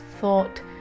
thought